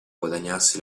guadagnarsi